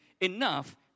enough